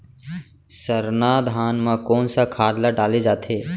सरना धान म कोन सा खाद ला डाले जाथे?